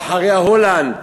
ואחריה הולנד,